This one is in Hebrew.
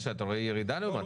רואים ירידה בכמות החולים הקשים.